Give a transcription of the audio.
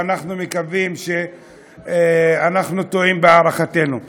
ואנחנו מקווים שאנחנו טועים בהערכתנו.